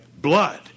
blood